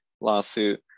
lawsuit